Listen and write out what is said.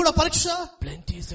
plenty